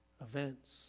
events